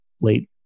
Late